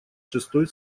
шестой